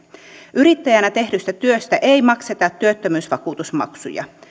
yrittäjänä tehdystä työstä ei makseta työttömyysvakuutusmaksuja